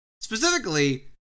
Specifically